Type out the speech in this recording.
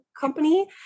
company